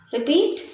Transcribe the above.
Repeat